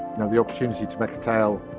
know the opportunity to make a tail, ah,